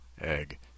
egg